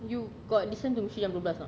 you got listen to misteri jam dua belas or not